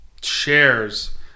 shares